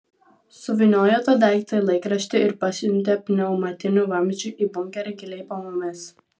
suvyniojo tą daiktą į laikraštį ir pasiuntė pneumatiniu vamzdžiu į bunkerį giliai po mumis